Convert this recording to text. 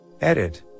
Edit